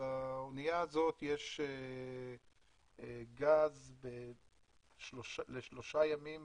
באנייה הזאת יש גז לשלושה ימים